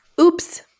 Oops